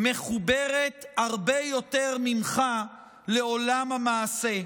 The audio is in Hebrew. מחוברת הרבה יותר ממך לעולם המעשה.